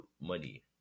money